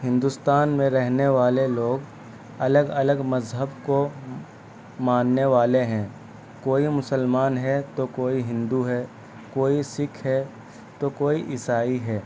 ہندوستان میں رہنے والے لوگ الگ الگ مذہب کو مانے والے ہیں کوئی مسلمان ہے تو کوئی ہندو ہے تو کوئی سکھ ہے تو کوئی عیسائی ہے